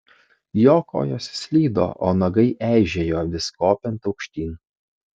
jo kojos slydo o nagai eižėjo vis kopiant aukštyn